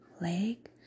leg